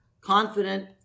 confident